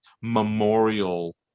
memorial